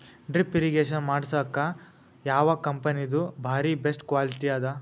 Drip irrigation ಮಾಡಸಲಕ್ಕ ಯಾವ ಕಂಪನಿದು ಬಾರಿ ಬೆಸ್ಟ್ ಕ್ವಾಲಿಟಿ ಅದ?